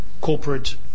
corporate